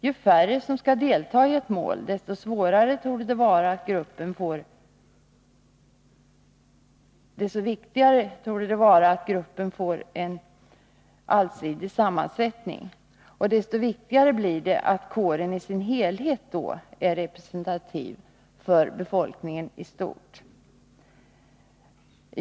Ju färre som skall delta i ett mål, desto svårare torde det vara att se till att gruppen får en allsidig sammansättning. Och desto viktigare blir det att kåren i sin helhet är representativ för befolkningen i stort.